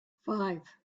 five